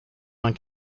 vingt